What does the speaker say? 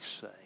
say